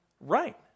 Right